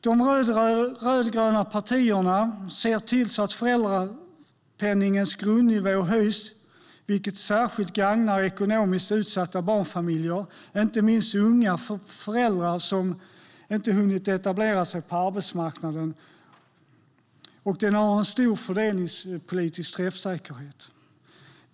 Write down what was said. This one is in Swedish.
De rödgröna partierna ser till att föräldrapenningens grundnivå höjs, vilket särskilt gagnar ekonomiskt utsatta barnfamiljer, inte minst unga föräldrar som inte hunnit etablera sig på arbetsmarknaden. Och den har en stor fördelningspolitisk träffsäkerhet.